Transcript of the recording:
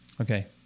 Okay